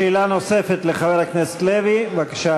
שאלה נוספת לחבר הכנסת לוי, בבקשה,